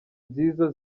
nziza